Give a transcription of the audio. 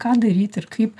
ką daryt ir kaip